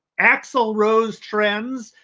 axl rose trends,